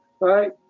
right